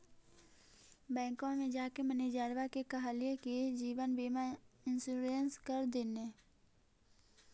बैंकवा मे जाके मैनेजरवा के कहलिऐ कि जिवनबिमा इंश्योरेंस कर दिन ने?